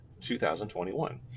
2021